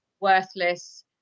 worthless